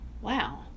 wow